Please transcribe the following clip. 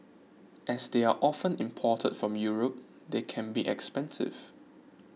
as they are often imported from Europe they can be expensive